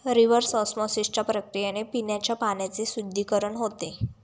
reverse ऑस्मॉसिसच्या प्रक्रियेने पिण्याच्या पाण्याचे शुद्धीकरण होते